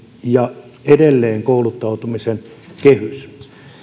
ja edelleenkouluttautumisen kehys